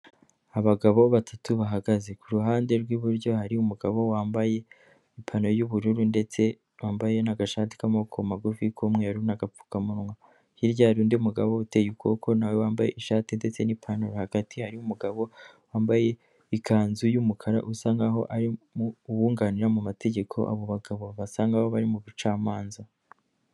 Abagabo batatu bahagaze, ku ruhande rw'iburyo hari umugabo wambaye ipantaro y'ubururu ndetse wambaye n'agashati k'amaboko magufi k'umweru n'agapfukamunwa, hirya hari undi mugabo uteye ukuboko nawe wambaye ishati ndetse n'ipantaro, hagati ye hari umugabo wambaye ikanzu y'umukara usa nk'aho ari uwunganira mu mategeko, abo bagabo basa aho nk'aho bari mu bucamanza.